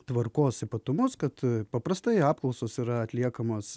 tvarkos ypatumus kad paprastai apklausos yra atliekamos